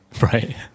right